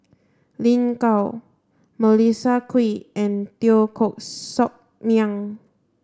Lin Gao Melissa Kwee and Teo Koh Sock Miang